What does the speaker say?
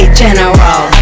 general